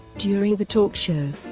during the talk show,